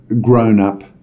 grown-up